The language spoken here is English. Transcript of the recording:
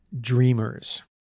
dreamers